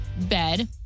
bed